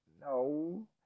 no